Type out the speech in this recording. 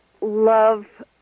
Love